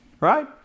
Right